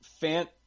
Fant